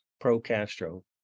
pro-Castro